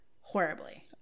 horribly